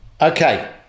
Okay